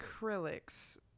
acrylics